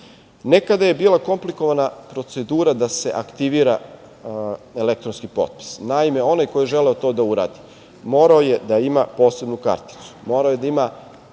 je bila komplikovana procedura da se aktivira elektronski potpis. Naime, onaj ko je želeo to da uradi, morao je da ima posebnu karticu, morao je da ima